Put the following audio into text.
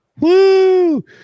Woo